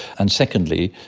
and secondly,